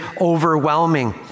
overwhelming